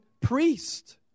priest